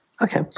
Okay